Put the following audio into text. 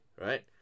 right